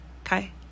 okay